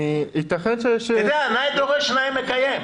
אתה יודע, נאה ודרש נאה מקיים.